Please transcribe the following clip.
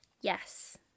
Yes